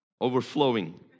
overflowing